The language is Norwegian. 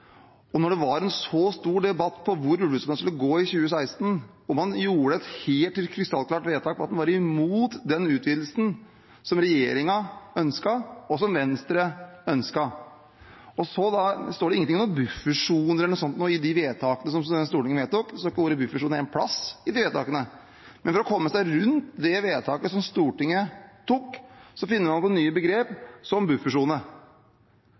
det faktisk er et problem. Det var en stor debatt i 2016 om hvor ulvesonen skulle gå, og man gjorde et helt krystallklart vedtak om at man var imot den utvidelsen som regjeringen ønsket, og som Venstre ønsket. Det står ingenting om buffersoner eller noe sånt i de vedtakene som Stortinget fattet. Ordet «buffersone» står ikke ett sted i vedtakene. Men for å komme seg rundt det vedtaket som Stortinget fattet, finner man på nye begrep, som «buffersone» – en buffersone